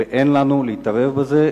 ואין לנו להתערב בזה.